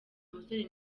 umusore